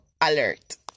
alert